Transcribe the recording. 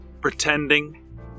pretending